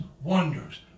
wonders